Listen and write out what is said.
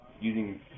using